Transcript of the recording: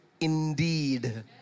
indeed